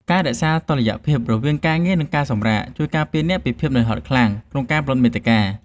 ការរក្សាតុល្យភាពរវាងការងារ និងការសម្រាក ជួយការពារអ្នកពីភាពហត់នឿយខ្លាំងក្នុងការផលិតមាតិកា។